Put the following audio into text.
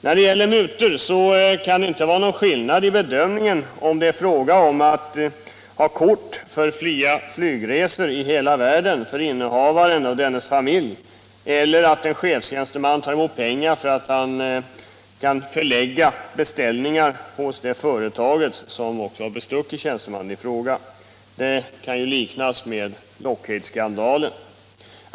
När det gäller mutor kan det inte vara någon skillnad i bedömningen om det gäller ett kort för fria flygresor i hela världen för innehavaren och dennes familj eller om en chefstjänsteman tar emot pengar för att förlägga beställningar hos det företag som bestuckit tjänstemannen i fråga. Det kan ju liknas vid Lockheedskandalen.